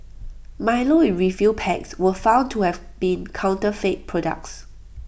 milo in refill packs were found to have been counterfeit products